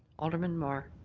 alderman mar.